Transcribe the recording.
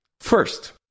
First